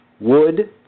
wood